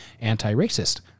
anti-racist